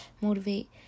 motivate